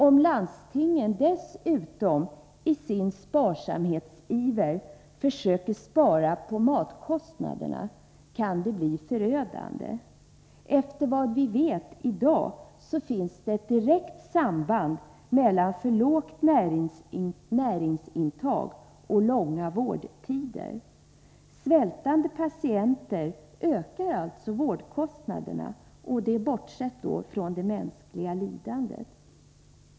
Om landstingen i sin sparsamhetsiver dessutom försöker spara när det gäller matkostnaderna, kan det få förödande konsekvenser. Såvitt vi i dag vet finns det ett direkt samband mellan för lågt näringsintag och långa vårdtider. Svältande patienter bidrar således till en ökning av vårdkostnaderna — bortsett från det mänskliga lidandet.